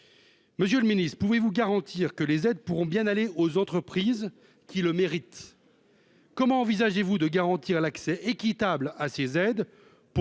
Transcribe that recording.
monsieur le Ministre, pouvez-vous garantir que les aides pourront bien aller aux entreprises qui le mérite, comment envisagez-vous de garantir l'accès équitable à ces aides